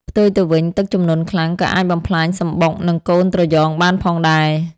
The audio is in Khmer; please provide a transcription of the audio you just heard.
ផ្ទុយទៅវិញ ទឹកជំនន់ខ្លាំង ក៏អាចបំផ្លាញសម្បុក និងកូនត្រយងបានផងដែរ។